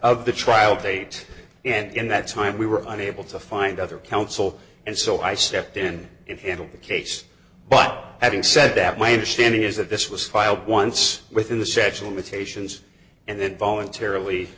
of the trial date and in that time we were unable to find other counsel and so i stepped in and handled the case but having said that my understanding is that this was filed once within the special with patients and then voluntarily